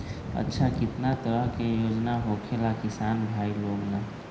अच्छा कितना तरह के योजना होखेला किसान भाई लोग ला?